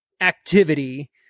activity